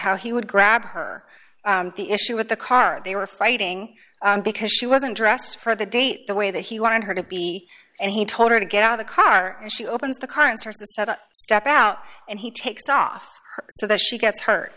how he would grab her the issue with the car they were fighting because she wasn't dressed for the date the way that he wanted her to be and he told her to get out of the car and she opens the current step out and he takes off so that she gets hurt